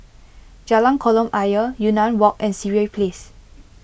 Jalan Kolam Ayer Yunnan Walk and Sireh Place